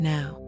Now